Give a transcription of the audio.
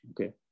Okay